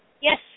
Yes